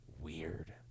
Weird